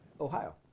Ohio